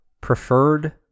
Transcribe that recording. preferred